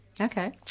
Okay